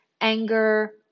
anger